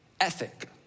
ethic